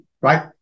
Right